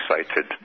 excited